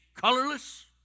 colorless